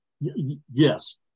yes